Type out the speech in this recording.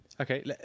Okay